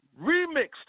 remixed